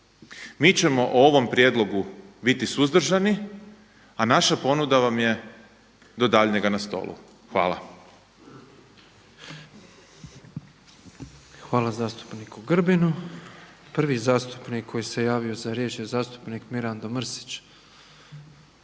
mi ćemo o ovom prijedlogu biti suzdržani a naša ponuda vam je do daljnjega na stolu. Hvala. **Petrov, Božo (MOST)** Hvala zastupniku Grbinu. Prvi zastupnik koji se javio za riječ je zastupnik Mirando Mrsić.